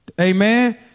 Amen